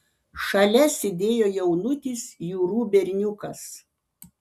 šalia sėdėjo jaunutis jurų berniukas